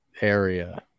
area